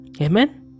Amen